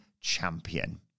Champion